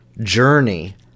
journey